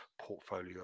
portfolio